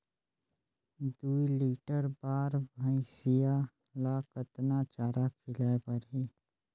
दुई लीटर बार भइंसिया ला कतना चारा खिलाय परही?